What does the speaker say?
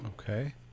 Okay